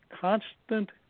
constant